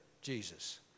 Jesus